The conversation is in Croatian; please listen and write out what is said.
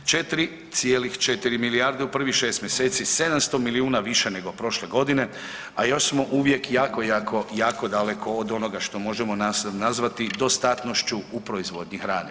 4,4 milijarde u prvih 6 mjeseci 700 milijuna više nego prošle godine, a još smo uvijek jako, jako, jako daleko od onoga što možemo nazvati dostatnošću u proizvodnji hrane.